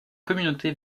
communauté